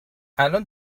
الان